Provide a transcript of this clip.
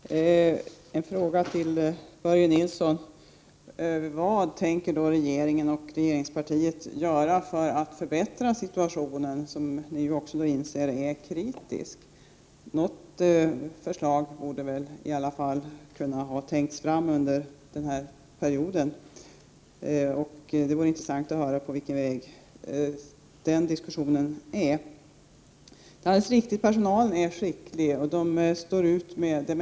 Herr talman! En fråga till Börje Nilsson: Vad tänker regeringen och regeringspartiet göra för att förbättra situationen, som ni också inser är kritisk? Något förslag borde väl i alla fall ha kunnat tänkas fram under denna period. Det vore intressant att höra på vilken väg den diskussionen är. Personalen är skicklig och står ut med det mesta.